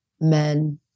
men